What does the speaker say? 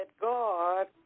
God